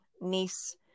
niece